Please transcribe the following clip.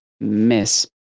miss